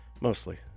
Mostly